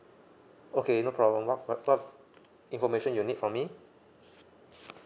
okay no problem what what what information you need from me